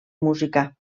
música